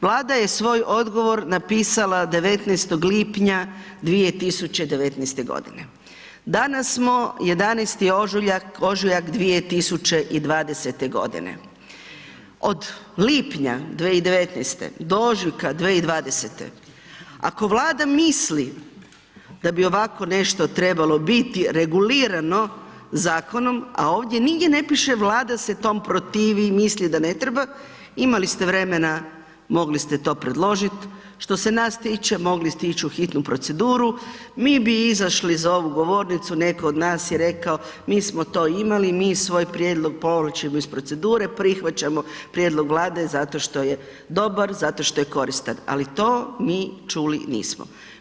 Vlada je svoj odgovor napisala 19. lipnja 2019. godine, danas smo 11. ožujak 2020. godine, od lipnja 2019. do ožujka 2020. ako Vlada misli da bi ovako nešto trebalo biti zakonom, a ovdje nigdje ne piše Vlada se tom protivi, misli da ne treba, imali ste vremena mogli ste to predložiti, što se nas tiče mogli ste ići u hitnu proceduru, mi bi izašli za ovu govornicu netko od nas i rekao mi smo to imali mi svoj prijedlog povlačimo iz procedure, prihvaćamo prijedlog Vlade zato što je dobar, zašto što je koristan, ali to mi čuli nismo.